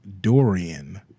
Dorian